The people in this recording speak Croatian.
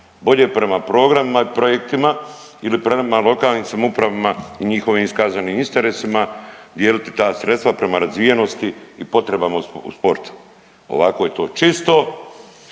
Bolje prema programima i projektima ili prema lokalnim samoupravama i njihovim iskazanim interesima dijeliti ta sredstva prema razvijenosti i potrebama u sportu. Ovako je to čisto,